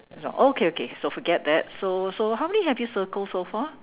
okay okay so forget that so so how many have you circled so far